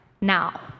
now